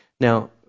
Now